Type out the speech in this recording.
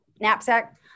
Knapsack